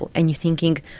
and you're thinking,